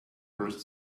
first